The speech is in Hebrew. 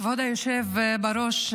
כבוד היושב בראש,